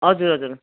हजुर हजुर